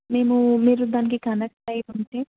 మేము మీరు దానికి కనెక్ట్ అయ్యి ఉంటే